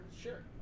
sure